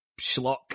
schlock